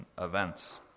events